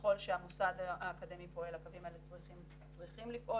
ככל שהמוסד האקדמי פועל הקווים האלה צריכים לפעול.